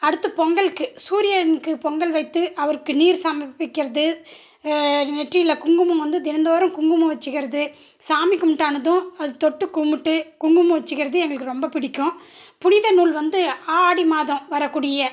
அடுத்து பொங்கலுக்குச் சூரியனுக்கு பொங்கல் வைத்து அவருக்கு நீர் சமர்ப்பிக்கிறது நெற்றியில் குங்குமம் வந்து தினந்தோறும் குங்குமம் வச்சுக்கிறது சாமி கும்பிட்டானதும் அதை தொட்டு கும்பிட்டு குங்குமம் வச்சுக்கிறது எங்களுக்கு ரொம்ப பிடிக்கும் புனித நூல் வந்து ஆடி மாதம் வரக்கூடிய